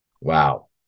Wow